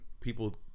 people